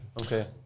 Okay